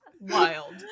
Wild